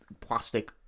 plastic